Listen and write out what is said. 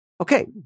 okay